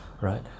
right